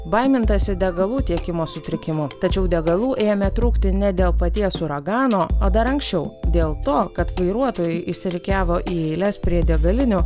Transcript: baimintasi degalų tiekimo sutrikimų tačiau degalų ėmė trūkti ne dėl paties uragano o dar anksčiau dėl to kad vairuotojai išsirikiavo į eiles prie degalinių